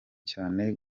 cyane